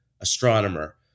astronomer